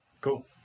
Cool